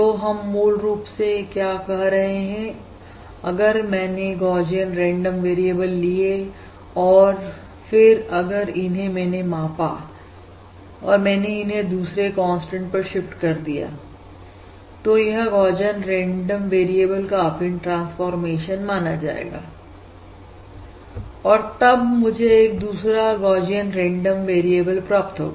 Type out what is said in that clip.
तो हम मूल रूप से क्या कह रहे हैं अगर मैंने गौशियन रेंडम वेरिएबल लिए और फिर अगर इन्हें मैंने मापा और मैंने इन्हें दूसरे कांस्टेंट पर शिफ्ट कर दिया तो यह गौशियन रेंडम वेरिएबल का अफीन ट्रांसफॉर्मेशन माना जाएगा और तब मुझे एक दूसरा गौशियन रेंडम वेरिएबल प्राप्त होगा